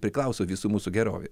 priklauso visų mūsų gerovei